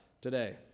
today